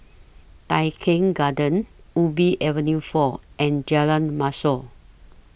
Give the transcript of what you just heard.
Tai Keng Gardens Ubi Avenue four and Jalan Mashhor